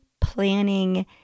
planning